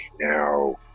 now